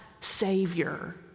Savior